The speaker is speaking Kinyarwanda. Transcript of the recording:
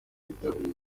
bitabiriye